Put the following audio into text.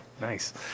Nice